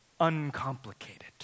uncomplicated